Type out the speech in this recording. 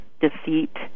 deceit